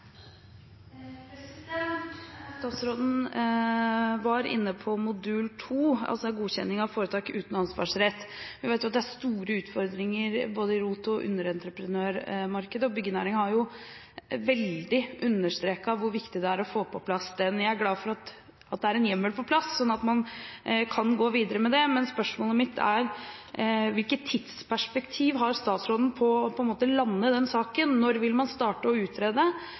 Statsråden var inne på modul 2, altså godkjenning av foretak uten ansvarsrett. Vi vet at det er store utfordringer både i ROT- og underentreprenørmarkedet, og byggenæringen har veldig sterkt understreket hvor viktig det er å få den på plass. Jeg er glad for at det er en hjemmel på plass, sånn at man kan gå videre med det, men spørsmålet mitt er: Hvilket tidsperspektiv har statsråden på å lande den saken, når vil man starte å utrede?